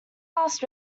last